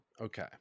Okay